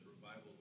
revival